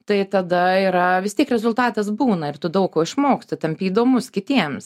tai tada yra vis tiek rezultatas būna ir tu daug ko išmoksti tampi įdomus kitiems